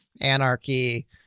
anarchy